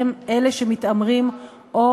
טוב לו,